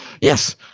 Yes